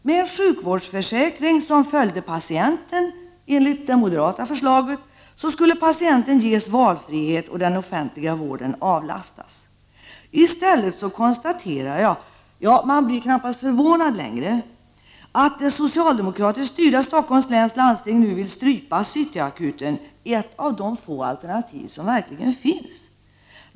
Med en sjukvårdsförsäkring som följde patienten — enligt det moderata förslaget — skulle patienten ges valfrihet och den offentliga vården avlastas. I stället konstaterar jag — man blir knappast förvånad längre — att det socialdemokratiskt styrda Stockholms läns landsting nu vill strypa City Akuten, ett av de få alternativ som verkligen finns.